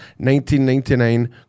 1999